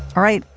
all right.